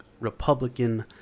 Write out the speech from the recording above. republican